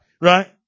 right